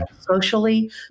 Socially